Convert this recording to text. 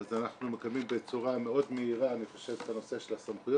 אז אני חושב שאנחנו מקדמים בצורה מהירה את הנושא של הסמכויות.